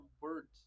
words